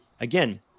again